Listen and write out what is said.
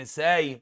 say